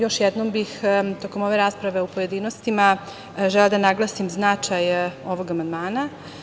Još jednom bih tokom ove rasprave u pojedinostima želela da naglasim značaj ovog amandmana.